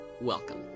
Welcome